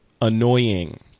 Annoying